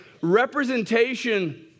representation